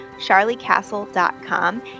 charliecastle.com